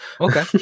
Okay